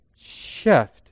shift